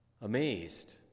amazed